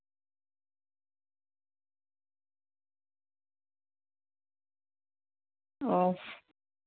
ᱚ